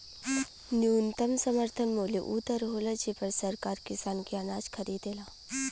न्यूनतम समर्थन मूल्य उ दर होला जेपर सरकार किसान के अनाज खरीदेला